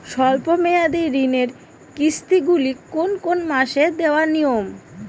স্বল্প মেয়াদি ঋণের কিস্তি গুলি কোন কোন মাসে দেওয়া নিয়ম?